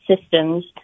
systems